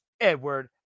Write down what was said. Edward